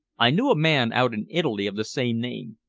i knew a man out in italy of the same name.